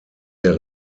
der